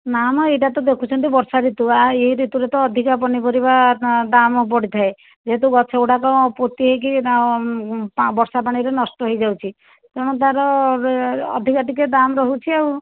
ନା ମ ଏଇଟା ତ ଦେଖୁଛନ୍ତି ଵର୍ଷାଋତୁ ଆ ଏ ଋତୁରେ ତ ଅଧିକା ପନିପରିବା ଦାମ୍ ବଢ଼ିଥାଏ ଯେହେତୁ ଗଛ ଗୁଡ଼ାକ ପୋତି ହେଇକି ଉଁ ବର୍ଷା ପାଣିରେ ନଷ୍ଟ ହେଇଯାଉଛି ତେଣୁ ତାର ଅଧିକା ଟିକିଏ ଦାମ୍ ରହୁଛି ଆଉ